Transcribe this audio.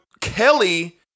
Kelly